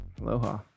Aloha